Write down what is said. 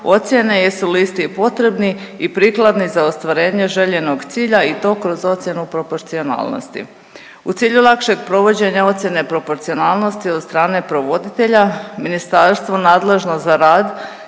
ocijene jesu li isti u potrebni i prikladni za ostvarenje željenog cilja i to kroz ocjenu proporcionalnosti. U cilju lakšeg provođenja ocjene proporcionalnosti od strane provoditelja ministarstvo nadležno za rad